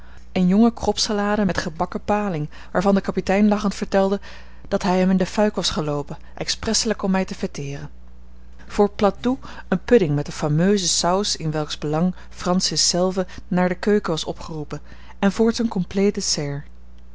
en jonge kropsalade met gebakken paling waarvan de kapitein lachend vertelde dat hij hem in de fuik was geloopen expresselijk om mij te fêteeren voor plat doux een pudding met de fameuse saus in welks belang francis zelve naar de keuken was opgeroepen en voorts een compleet